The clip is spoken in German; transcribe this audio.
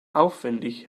aufwendig